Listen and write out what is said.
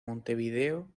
montevideo